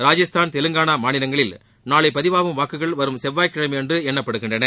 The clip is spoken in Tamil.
ராஜஸ்தான் தெலுங்கானா மாநிலங்களில் நாளை பதிவாகும் வாக்குகள் வரும் செவ்வாய்கிழமையன்று எண்ணப்படுகின்றன